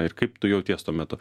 ir kaip tu jauties tuo metu